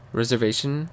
reservation